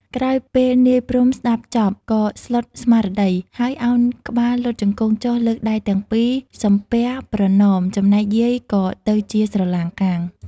ក្រោយពេលនាយ ព្រហ្ម ស្ដាប់ចប់ ក៏ស្លុតស្មារតី ហើយឱនក្បាលលុតជង្គង់ចុះលើកដៃទាំងពីរ សំពះប្រណម្យ ចំណែកយាយក៏ទៅជាស្រឡាំងកាំង ។